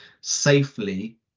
safely